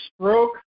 stroke